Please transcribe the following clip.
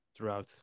throughout